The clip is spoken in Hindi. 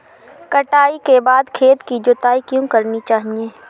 कटाई के बाद खेत की जुताई क्यो करनी चाहिए?